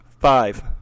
Five